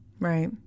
Right